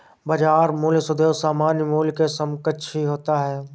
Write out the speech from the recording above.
बाजार मूल्य सदैव सामान्य मूल्य के समकक्ष ही होता है